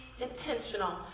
intentional